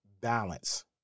balance